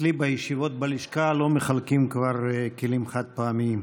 אצלי בישיבות בלשכה כבר לא מחלקים כלים חד-פעמיים.